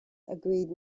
agreed